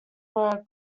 were